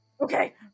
Okay